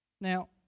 Now